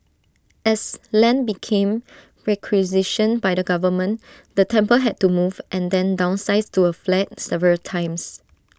as land became requisitioned by the government the temple had to move and then downsize to A flat several times